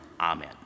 Amen